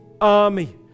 army